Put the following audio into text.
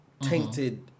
tainted